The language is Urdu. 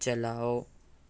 چلاؤ